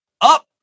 up